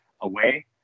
away